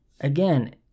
again